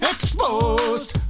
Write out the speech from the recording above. Exposed